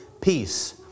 peace